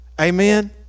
Amen